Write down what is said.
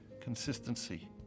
consistency